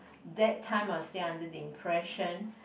that time I was still under the impression